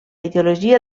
ideologia